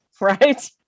right